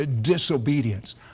disobedience